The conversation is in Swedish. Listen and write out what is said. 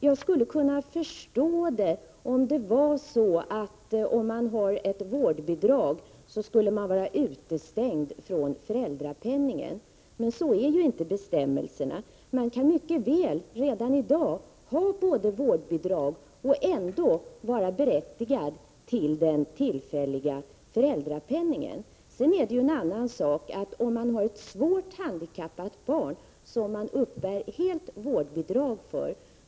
Jag skulle förstå det om det var så att man skulle vara utestängd från föräldrapenningen om man har ett vårdbidrag. Men så är inte bestämmelserna. Man kan redan i dag ha vårdbidrag och ändå vara berättigad till den tillfälliga föräldrapenningen. Sedan är det en annan sak när man har ett svårt handikappat barn som man uppbär helt vårdbidrag för.